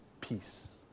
peace